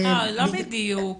לא בדיוק.